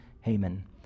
Haman